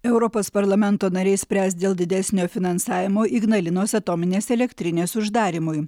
europos parlamento nariai spręs dėl didesnio finansavimo ignalinos atominės elektrinės uždarymui